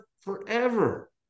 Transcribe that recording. forever